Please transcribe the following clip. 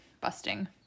busting